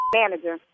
manager